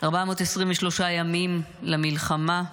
423 ימים למלחמה,